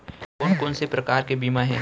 कोन कोन से प्रकार के बीमा हे?